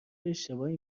اشتباهی